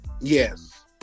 Yes